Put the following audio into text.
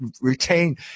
retain